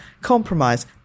compromise